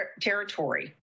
territory